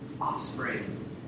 offspring